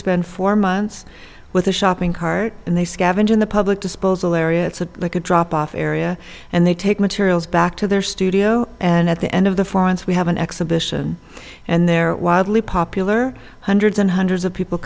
spend four months with a shopping cart and they scavenge in the public disposal area it's like a drop off area and they take materials back to their studio and at the end of the florence we have an exhibition and they're wildly popular hundreds and hundreds of people